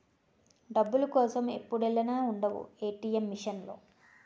డబ్బుల కోసం ఎప్పుడెల్లినా ఉండవు ఏ.టి.ఎం మిసన్ లో